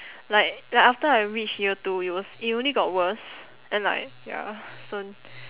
like like after I reach year two it was it only got worse and like ya so